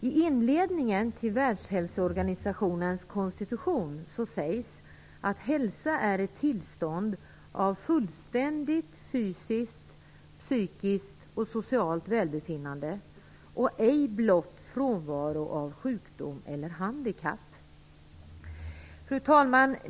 I inledningen till Världshälsoorganisationens konstitution sägs: Hälsa är ett tillstånd av fullständigt fysiskt, psykiskt och socialt välbefinnande och ej blott frånvaro av sjukdom eller handikapp. Fru talman!